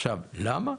עכשיו, למה?